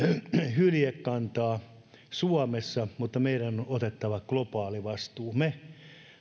hyljekantaa suomessa mutta meidän on otettava globaali vastuu me